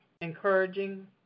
encouraging